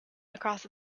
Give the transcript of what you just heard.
across